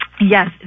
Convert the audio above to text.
Yes